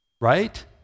right